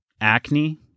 acne